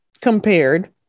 compared